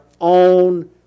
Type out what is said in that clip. own